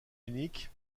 unique